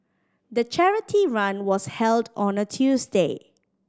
the charity run was held on a Tuesday